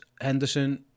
Henderson